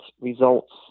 results